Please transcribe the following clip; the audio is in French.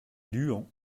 luant